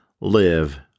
live